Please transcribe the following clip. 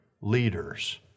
leaders